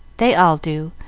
they all do.